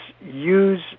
use